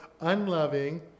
unloving